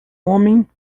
homem